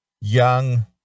young